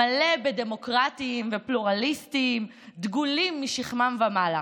מלא בדמוקרטים ופלורליסטים דגולים משכמם ומעלה.